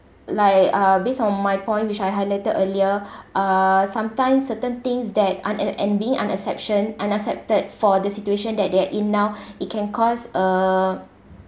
like uh based on my point which I highlighted earlier uh sometimes certain things that un~ and and being an excepti~ unaccepted for the situation that they're in now it can cause uh